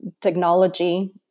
technology